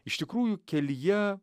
iš tikrųjų kelyje